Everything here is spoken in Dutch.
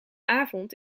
avond